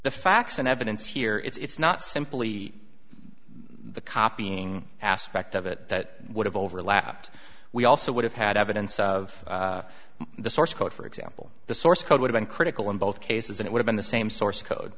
the facts and evidence here it's not simply the copying aspect of it that would have overlapped we also would have had evidence of the source code for example the source code would have been critical in both cases it would've been the same source code